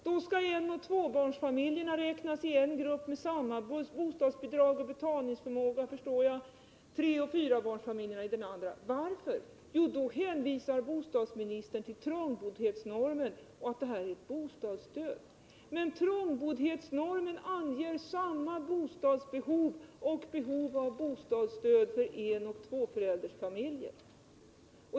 Då skall enoch tvåbarnsfamiljerna räknas i en grupp med samma bostadsbidrag och — förstår jag — samma betalningsförmåga, medan treoch fyrbarnsfamiljerna räknas till en annan. Varför? Jo, då hänvisar bostadsministern till trångboddhetsnormen och säger att detta är ett bostadsstöd. Men trångboddhetsnormen anger samma bostadsbehov och samma behov av bostadsstöd för enoch tvåföräldersfamiljer.